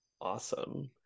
awesome